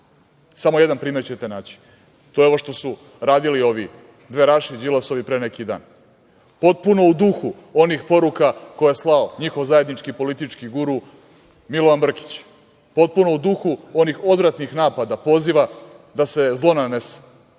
samo jedan primer ćete naći. To je ovo što su radili ovi dveraši Đilasovi pre neki dan. Potpuno u duhu onih poruka koje je slao njihov zajednički politički guru Milovan Brkić. Potpuno u duhu onih odvratnih napada, poziva da se zlo nanese